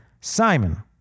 Simon